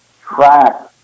track